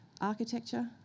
architecture